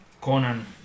Conan